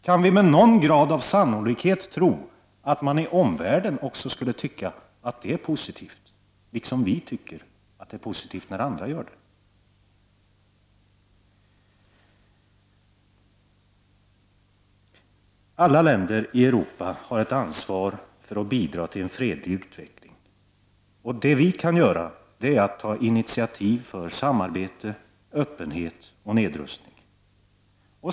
Kan vi med någon grad av sannolikhet tro att man i omvärlden också skulle anse att det är positivt, liksom vi anser att det är positivt när andra gör detta? Alla länder i Europa har ett ansvar för att bidra till en fredlig utveckling. Det vi kan göra är att ta initiativ till samarbete, öppenhet och nedrustning.